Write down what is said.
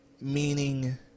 Meaning